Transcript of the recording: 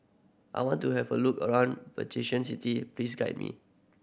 I want to have a look around Vatican City Please guide me